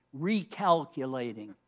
recalculating